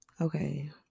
Okay